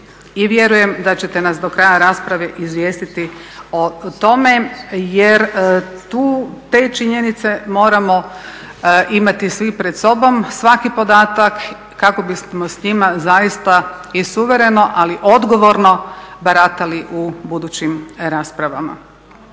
i vjerujem da ćete nas do kraja rasprave izvijestiti o tome. Jer te činjenice moramo imati svi pred sobom, svaki podatak kako bismo s njima zaista i suvereno ali odgovorno baratali u budućim raspravama.